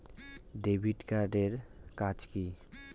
Credit card এর কাজ কি?